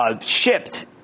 shipped